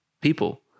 people